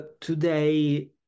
today